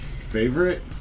Favorite